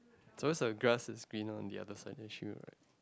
so the grass is green lor on the other side that should